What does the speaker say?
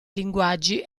linguaggi